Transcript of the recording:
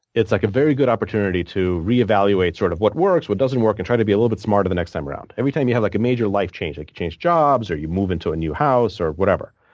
it's like a very good opportunity to re-evaluate sort of what works, what doesn't work and try to be a little bit smarter the next time around. every time you have like a major life change like you change jobs, or you move into a new house or whatever,